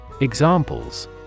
Examples